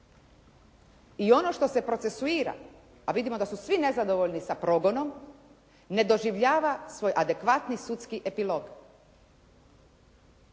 i ono što se procesuira, a vidimo da su svi nezadovoljni sa progonom, ne doživljava svoj adekvatni sudski epilog